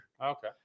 Okay